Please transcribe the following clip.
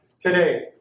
today